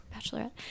bachelorette